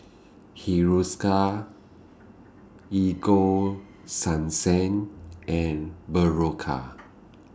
Hiruscar Ego Sunsense and Berocca